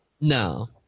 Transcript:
No